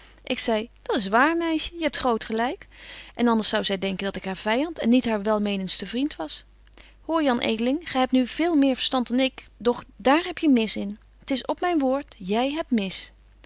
ik zei dat's waar meisje je hebt groot gelyk en anders zou zy denken dat ik haar vyand en niet haar welmenentste vriend was hoor jan edeling gy hebt nu veel meer verstand dan ik doch daar heb je mis in t is op myn woord jy hebt mis